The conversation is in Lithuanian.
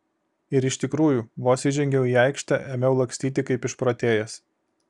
ir iš tikrųjų vos įžengiau į aikštę ėmiau lakstyti kaip išprotėjęs